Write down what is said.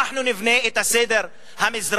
אנחנו נבנה את הסדר המזרח-תיכוני,